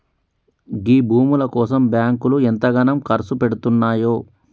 గీ భూముల కోసం బాంకులు ఎంతగనం కర్సుపెడ్తున్నయో